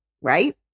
right